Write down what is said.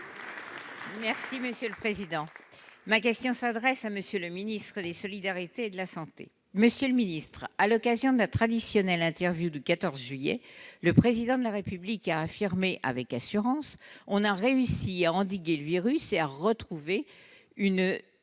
Les Républicains. Ma question s'adresse à M. le ministre des solidarités et de la santé. Monsieur le ministre, à l'occasion de la traditionnelle interview du 14 juillet, le Président de la République a affirmé, avec assurance :« Nous avons réussi à endiguer le virus et à retrouver presque